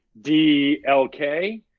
DLK